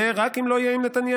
זה רק אם לא יהיה עם נתניהו.